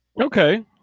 Okay